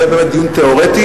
זה באמת דיון תיאורטי.